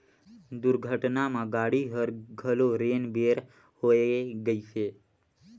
दुरघटना म गाड़ी हर घलो रेन बेर होए गइसे